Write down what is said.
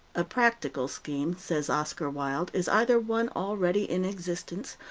a practical scheme, says oscar wilde, is either one already in existence,